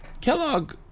Kellogg